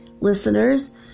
listeners